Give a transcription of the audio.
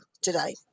today